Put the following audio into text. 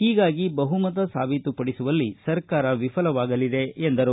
ಹೀಗಾಗಿ ಬಹುಮತ ಸಾಬೀತುಪಡಿಸುವಲ್ಲಿ ಸರ್ಕಾರ ವಿಫಲವಾಗಲಿದೆ ಎಂದರು